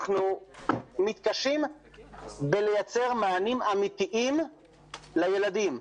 אנחנו מתקשים לייצר מענים אמיתיים לילדים.